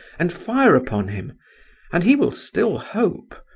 and fire upon him and he will still hope.